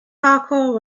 parkour